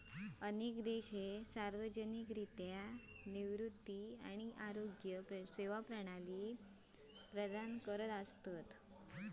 अनेक देश सार्वजनिकरित्या निवृत्ती किंवा आरोग्य सेवा प्रणाली प्रदान करतत